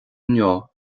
inniu